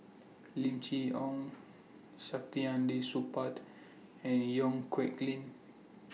Lim Chee Onn Saktiandi Supaat and Yong Nyuk Lin